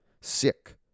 sick